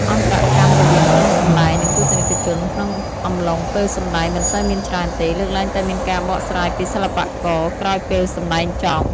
អន្តរកម្មរវាងក្រុមសម្តែង និងទស្សនិកជន ក្នុងអំឡុងពេលសម្ដែងមិនសូវមានច្រើនទេ លើកលែងតែមានការបកស្រាយពីសិល្បករក្រោយពេលសម្តែងចប់។